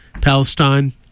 Palestine